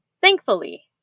thankfully